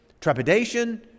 trepidation